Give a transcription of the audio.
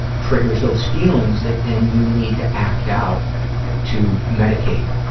triggers those feelings that then you need to act out to medicate.